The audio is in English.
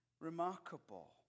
remarkable